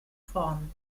form